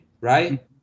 right